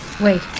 Wait